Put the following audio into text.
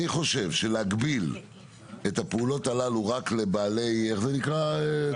אני חושב שלהגביל את הפעולות הללו רק לבעלי תפקיד,